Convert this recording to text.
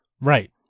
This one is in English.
Right